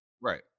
Right